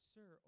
Sir